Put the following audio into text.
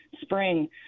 spring